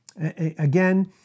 again